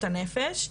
בריאות הנפש,